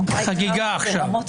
אושרו.